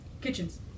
Kitchens